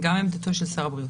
גם עמדתו של שר הבריאות.